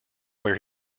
where